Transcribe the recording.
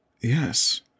Yes